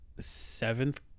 seventh